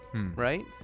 right